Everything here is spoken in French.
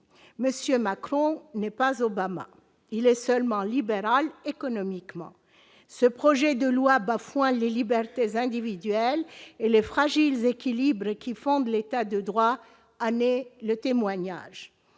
M. Macron n'est pas Obama, il est seulement libéral économiquement. Ce projet de loi bafouant les libertés individuelles et les fragiles équilibres qui fondent l'État de droit en témoigne.